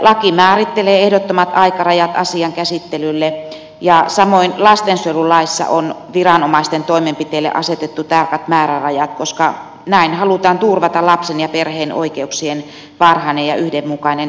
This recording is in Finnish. laki määrittelee ehdottomat aikarajat asian käsittelylle ja samoin lastensuojelulaissa on viranomaisten toimenpiteille asetettu tarkat määrärajat koska näin halutaan turvata lapsen ja perheen oikeuksien varhainen ja yhdenmukainen toteutuminen